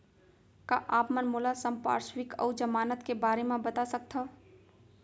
का आप मन मोला संपार्श्र्विक अऊ जमानत के बारे म बता सकथव?